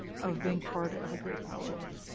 of being part of a great power again.